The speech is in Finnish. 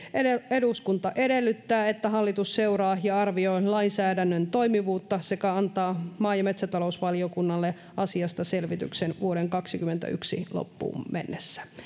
eduskunta edellyttää että hallitus seuraa ja arvioi lainsäädännön toimivuutta sekä antaa maa ja metsätalousvaliokunnalle asiasta selvityksen vuoden kaksikymmentäyksi loppuun mennessä